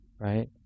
right